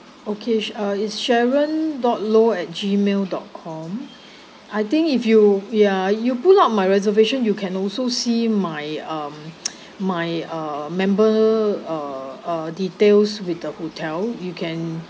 okay uh it's sharon dot law at gmail dot com I think if you ya you pull out my reservation you can also see my um my uh member uh details with the hotel you can